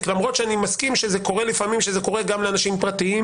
למרות שאני מסכים שלפעמים זה קורה גם לאנשים פרטיים.